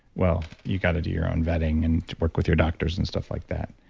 well, you got to do your own vetting and work with your doctors and stuff like that.